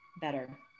better